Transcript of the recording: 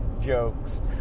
jokes